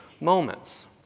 moments